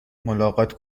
ملاقات